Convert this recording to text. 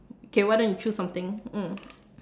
okay why don't you choose something mm